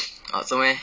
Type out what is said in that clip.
uh 做么 leh